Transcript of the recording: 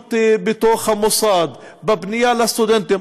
בשילוט בתוך המוסד, בפנייה לסטודנטים.